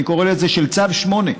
אני קורא לזה של צו 8,